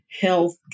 health